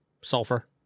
sulfur